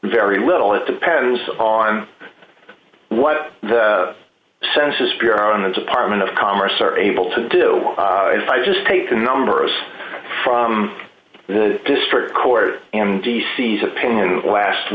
very little it depends on what the census bureau and the department of commerce are able to do if i just take the numbers from the district court and d c s opinion last